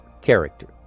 character